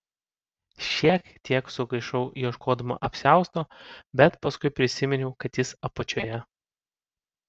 šiek tiek sugaišau ieškodama apsiausto bet paskui prisiminiau kad jis apačioje